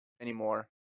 anymore